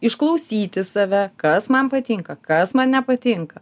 išklausyti save kas man patinka kas man nepatinka